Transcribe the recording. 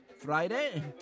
Friday